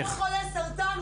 הוא חולה סרטן.